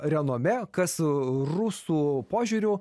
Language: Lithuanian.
renome kas su rusų požiūriu